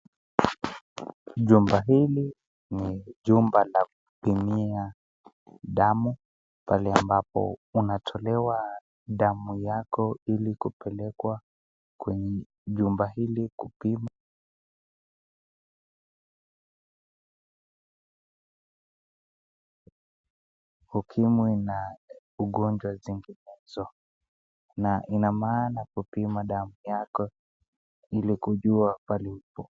Jumba hili ni jumba la kupimia damu pale ambapo unatolewa damu yako ili kupelekwa kwenye jumba hili kupimwa ukimwi na ugonjwa zinginezo na ina maana kupima damu yako ili kujua pale ulipo.